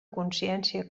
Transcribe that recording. consciència